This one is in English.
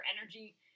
energy